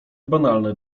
banalne